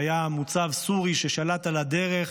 שהיה מוצב סורי ששלט על הדרך